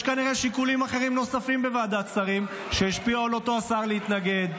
יש כנראה שיקולים אחרים נוספים בוועדת שרים שהשפיעו על אותו שר להתנגד.